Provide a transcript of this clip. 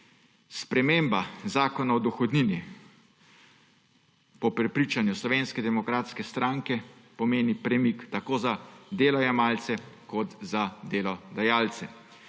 Sprememba Zakona o dohodnini po prepričanju Slovenske demokratske stranke pomeni premik tako za delojemalce kot za delodajalce.